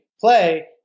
play